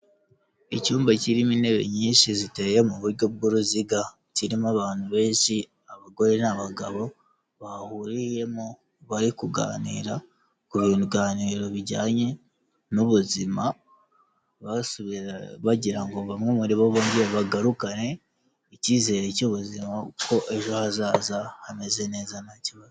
Icyumba kirimo intebe nyinshi ziteye mu buryo bw'uruziga, kirimo abantu benshi abagore n'abagabo bahuriyemo bari kuganira ku biganiro bijyanye n'ubuzima, bagira ngo bamwe muri bo bongere bagarukane icyizere cy'ubuzima kuko ejo hazaza hameze neza nta kibazo.